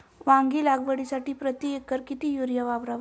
वांगी लागवडीसाठी प्रति एकर किती युरिया वापरावा?